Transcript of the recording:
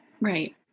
Right